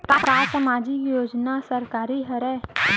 का सामाजिक योजना सरकारी हरे?